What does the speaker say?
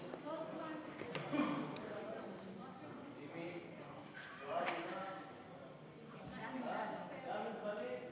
סעיפים 15 16, כהצעת הוועדה, נתקבלו.